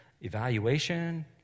evaluation